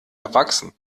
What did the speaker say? erwachsen